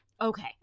Okay